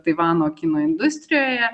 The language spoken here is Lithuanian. taivano kino industrijoje